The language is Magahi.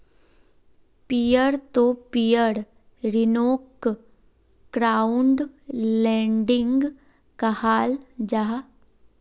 पियर तो पियर ऋन्नोक क्राउड लेंडिंग कहाल जाहा